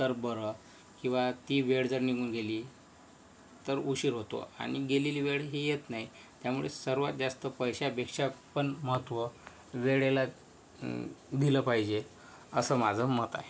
तर बरं किंवा ती वेळ जर निघून गेली तर उशीर होतो आणि गेलेली वेळ ही येत नाही त्यामुळे सर्वात जास्त पैशापेक्षा पण महत्व वेळेला दिलं पाहिजे असं माझं मत आहे